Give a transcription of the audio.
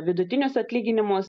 vidutinius atlyginimus